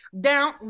Down